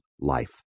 life